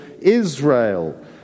Israel